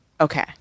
Okay